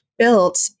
built